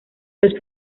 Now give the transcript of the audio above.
los